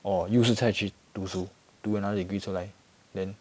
or 又是再去读书读 another degree 出来 then